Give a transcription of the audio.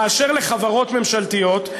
באשר לחברות ממשלתיות,